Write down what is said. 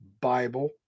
Bible